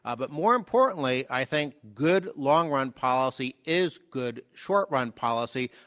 ah but more importantly, i think good long run policy is good short run policy.